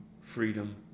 Freedom